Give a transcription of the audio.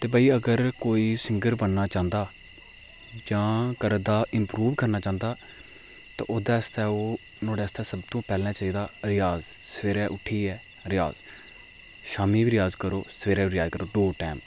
ते भाई अगर कोई सिंगर बनना चाहंदा जां करदा इम्प्रूव करना चाहंदा ते ओह्दे आस्तै ओह् नुहाड़े आस्तै सब तू पैह्लें चाहिदा रिआज सबैह्रे उट्ठिये रिआज शामीं बी रिआज करो सबैह्रे बी रिआज करो दो टैंम